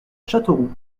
châteauroux